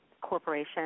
corporation